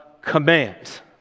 commands